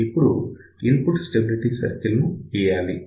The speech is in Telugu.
ఇప్పుడు ఇన్పుట్ స్టెబిలిటీ సర్కిల్ గీయాలి